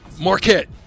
Marquette